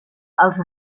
els